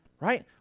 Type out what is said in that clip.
right